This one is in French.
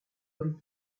ory